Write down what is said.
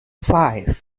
five